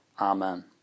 Amen